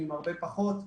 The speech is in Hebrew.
עם הרבה פחות,